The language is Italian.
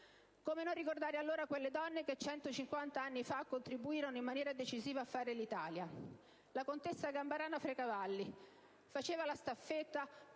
Come non ricordare allora quelle donne che 150 anni fa contribuirono in maniera decisiva a fare 1'Italia? La contessa Gambarana Frecavalli, che faceva la staffetta